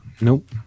nope